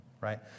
Right